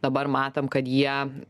dabar matom kad jie